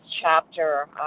chapter